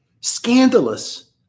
scandalous